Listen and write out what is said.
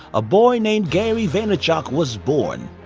a boy named gary vaynerchuk was born.